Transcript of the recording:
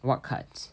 what cards